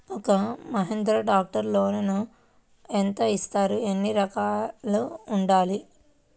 ఒక్క మహీంద్రా ట్రాక్టర్కి లోనును యెంత ఇస్తారు? ఎన్ని ఎకరాలు ఉండాలి?